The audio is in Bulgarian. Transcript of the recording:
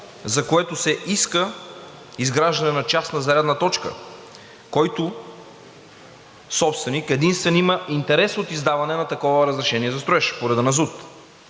за което се иска изграждане на частна зарядна точка, който собственик единствен има интерес от издаването на такова разрешение за строеж по реда на